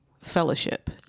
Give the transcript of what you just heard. fellowship